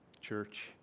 church